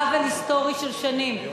עוול היסטורי של שנים.